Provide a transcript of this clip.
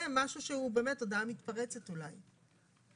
זה משהו שהוא הודעה מתפרצת אולי.